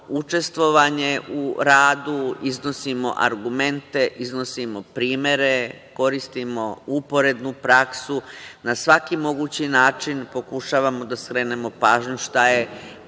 učestvovanje u radu, iznosimo argumente, iznosimo primere, koristimo uporednu praksu, na svaki mogući način pokušavamo da skrenemo pažnju šta je